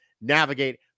navigate